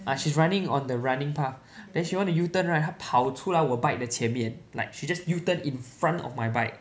ah she's running on the running path then she wanna U turn right 她跑出来我 bike 的前面 like she just U turn in front of my bike